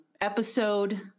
episode